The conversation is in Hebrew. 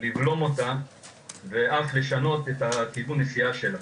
לבלום אותה ואף לשנות את כיוון הנסיעה שלה.